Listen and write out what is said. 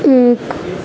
ایک